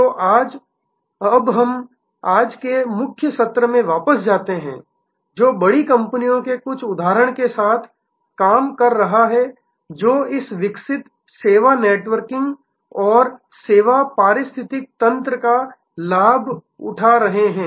तो अब हम आज के मुख्य सत्र में वापस जाते हैं जो बड़ी कंपनियों के कुछ उदाहरणों के साथ काम कर रहा है जो इस विकसित सेवा नेटवर्किंग और सेवा पारिस्थितिकी तंत्र का लाभ उठा रहे हैं